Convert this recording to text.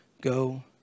go